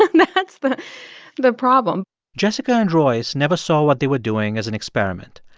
that's the but problem jessica and royce never saw what they were doing as an experiment.